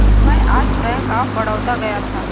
मैं आज bank of Baroda गया था